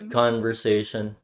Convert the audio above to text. conversation